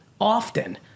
often